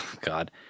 God